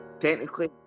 Technically